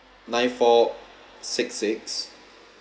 nine four six six